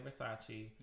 Versace